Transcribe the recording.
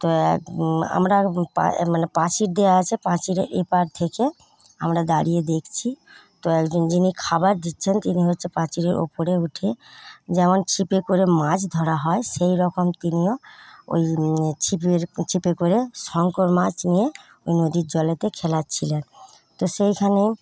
তো এক আমরা মানে প্রাচীর দেওয়া আছে প্রাচীরের এপার থেকে আমরা দাঁড়িয়ে দেখছি তো একজন যিনি খাবার দিচ্ছেন তিনি হচ্ছে প্রাচীরের ওপরে উঠে যেমন ছিপে করে মাছ ধরা হয় সেইরকম তিনিও ওই ছিপের ছিপে করে শংকর মাছ নিয়ে নদীর জলেতে খেলাচ্ছিলেন তো সেইখানে